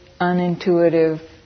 unintuitive